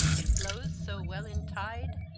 itt blowes soe well in tyde,